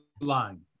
line